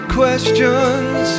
questions